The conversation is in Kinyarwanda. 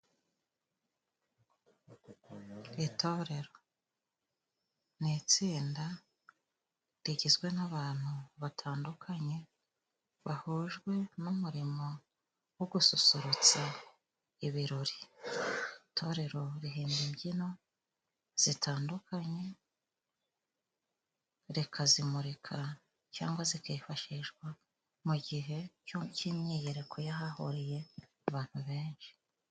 Itorero ni itsinda rigizwe n'abantu batandukanye bahujwe n'umurimo wo gususurutsa ibirori. Itorero rihimba imbyino zitandukanye rikazimurika cyangwa zikifashishwa mu gihe cy'imyiyereko y'ahahuriye abantu benshi.